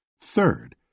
Third